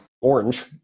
orange